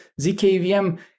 ZKVM